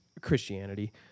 Christianity